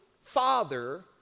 father